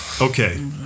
okay